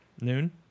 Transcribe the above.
noon